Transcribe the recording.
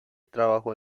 trabajó